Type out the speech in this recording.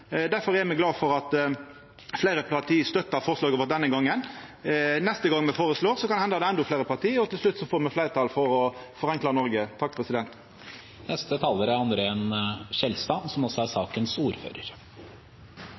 at fleire parti støttar forslaget vårt denne gongen. Neste gong me føreslår det, kan det henda det er endå fleire parti, og til slutt får me fleirtal for å forenkla Noreg. Det er interessant å høre på bekjennelser, både med tanke på dem som